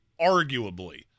arguably